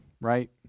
right